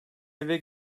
eve